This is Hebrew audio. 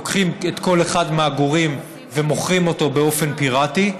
לוקחים כל אחד מהגורים ומוכרים אותו באופן פיראטי.